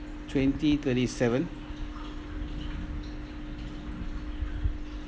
twenty thirty seven